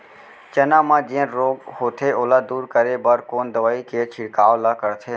चना म जेन रोग होथे ओला दूर करे बर कोन दवई के छिड़काव ल करथे?